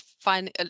find